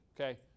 okay